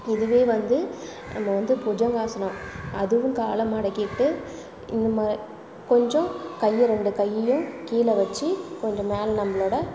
இதுவே வந்து நம்ம வந்து புஜங்காசனம் அதுவும் காலை மடக்கிட்டு இந்த மாரி கொஞ்சம் கையை ரெண்டு கையையும் கீழே வைச்சு கொஞ்சம் மேலே நம்பளோடய